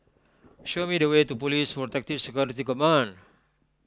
show me the way to Police Protective Security Command